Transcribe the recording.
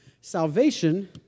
Salvation